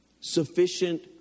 sufficient